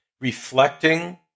reflecting